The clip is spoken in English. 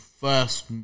first